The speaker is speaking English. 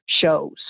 shows